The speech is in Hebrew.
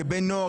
כבן נוער,